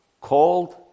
called